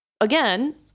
again